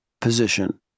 position